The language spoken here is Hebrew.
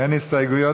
אין הסתייגויות,